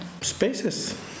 Spaces